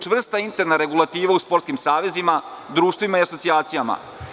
Čvrsta interan regulativa u sportskim savezima, društvima i asocijacija.